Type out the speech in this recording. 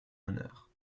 honneur